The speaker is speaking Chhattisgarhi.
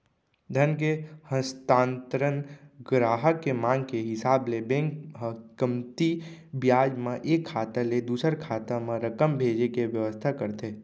धन के हस्तांतरन गराहक के मांग के हिसाब ले बेंक ह कमती बियाज म एक खाता ले दूसर खाता म रकम भेजे के बेवस्था करथे